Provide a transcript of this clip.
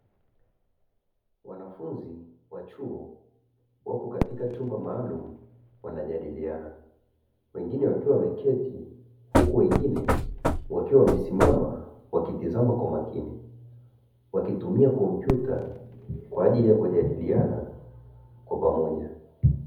Wanafunzi wa chuo wapo katika chumba maalumu wanajadiliana wengine wakiwa wameketi huku wengine wakiwa wamesimama wakitizama kwa makini, wakitumia kompyuta kwa ajili ya kujadiliana kwa pamoja.